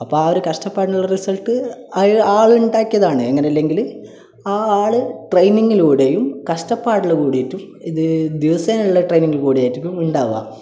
അപ്പം ആ ഒരു കഷ്ടപ്പാടിനുള്ള റിസൽട്ട് അയ് ആ ആളുണ്ടാക്കിയതാണ് അങ്ങനെ അല്ലെങ്കിൽ ആ ആള് ട്രെയിനിങിലൂടെയും കഷ്ടപ്പാടിൽ കൂടീട്ടും ഇത് ദിവസേന ഉള്ള ട്രെയിനിങ്ങിൽ കൂടി ആയിട്ടായിരിക്കും ഉണ്ടാവുക